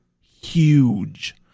huge